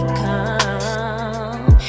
come